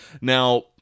Now